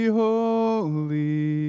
holy